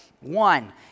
one